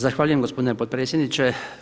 Zahvaljujem gospodine potpredsjedniče.